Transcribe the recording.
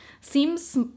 seems